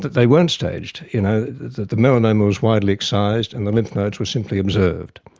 they weren't staged. you know the the melanoma was widely excised and the lymph nodes were simply observed,